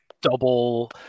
double